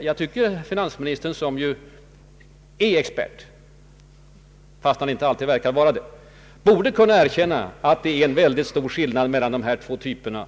Jag tycker att finansministern som ju är expert — fastän han inte alltid verkar vara det — borde kunna erkänna att det råder stor skillnad mellan dessa två typer